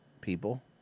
people